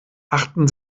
achten